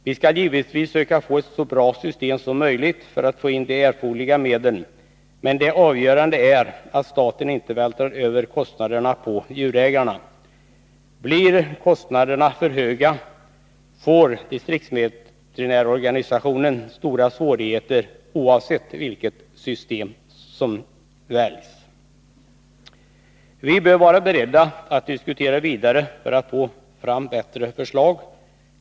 Vi skall givetvis söka få ett så bra system som möjligt för att få in de erforderliga medlen, men det avgörande är att staten inte vältrar över kostnaderna på djurägarna. Blir kostnaderna för höga får distriktsveterinärorganisationen stora svårigheter oavsett vilket system som väljs. Vi bör vara beredda att diskutera vidare för att få fram bättre förslag.